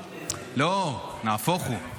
------ לא, נהפוך הוא.